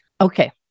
Okay